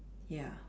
ya